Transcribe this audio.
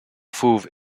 fauve